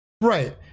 Right